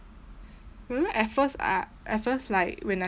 remember at first I at first like when I